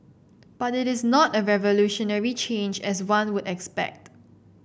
but it is not a revolutionary change as one would expect